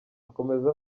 akomeza